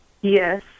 Yes